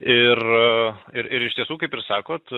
ir ir ir iš tiesų kaip ir sakot